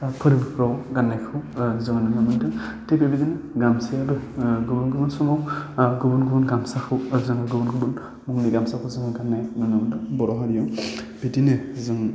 फोरबोफ्राव गान्नायखौ जोङो नुनो मोनदों थिग बेबायदिनो गामसायाबो गुबु गुबुन समाव गुबुन गुबुन गामसाखौ जों गुबुन गुबुन मुङै गामसाखौ जोङो गान्नाय नुनो मोनदों बर' हारियाव बिदिनो जों